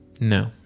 no